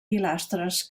pilastres